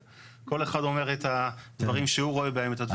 כל אחד אומר את דברים שהוא רואה בהם את הדברים.